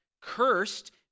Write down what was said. Cursed